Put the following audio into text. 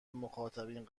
مخاطبین